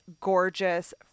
gorgeous